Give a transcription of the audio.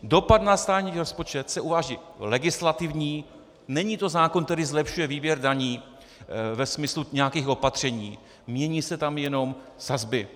Dopad na státní rozpočet se uvádí legislativní, není to zákon, který zlepšuje výběr daní ve smyslu nějakých opatření, mění se tam jenom sazby.